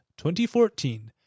2014